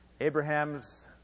Abraham's